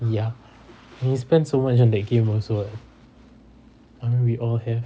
ya and he spent so much on that game also [what] I mean we all have